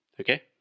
okay